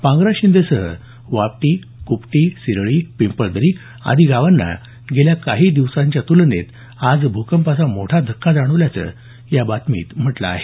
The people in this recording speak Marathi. पांगरा शिंदे सह वापटी कुपटी सिरळी पिंपळदरी आदी गावांना गेल्या काही दिवसांच्या तुलनेत आज भूकंपाचा मोठा धक्का जाणवल्याचं या बातमीत म्हटलं आहे